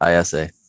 ISA